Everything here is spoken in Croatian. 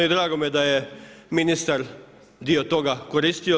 I drago mi je da je ministar dio toga koristio.